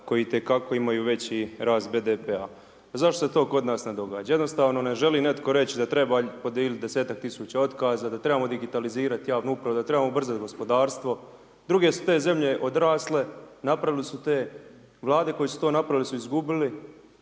koji itekako imaju veći rast BDP-a A zašto se to kod nas ne događa? Jednostavno ne želi netko reći da treba podijeliti 10-ak tisuća otkaza, da trebamo digitalizirati javnu upravu, da trebamo ubrzati gospodarstvo. Druge su te zemlje odrasle, napravile su te, Vlade koji su to napravili su izgubili,